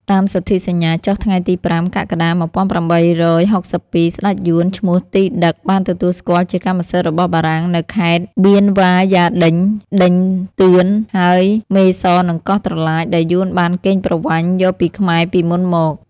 តាមសន្ធិសញ្ញាចុះថ្ងៃទី៥ កក្កដា ១៨៦២ ស្ដេចយួន ឈ្មោះ ទី ឌឹក បានទទួលស្គាល់ជាកម្មសិទ្ធិរបស់បារាំងនូវខេត្ត បៀនវ៉ាយ៉ាឌិញ ឌិញទឿន ហើយ មេសរនិងកោះត្រឡាច ដែលយួនបានកេងប្រវ័ញ្ចយកពីខ្មែរពីមុនមក។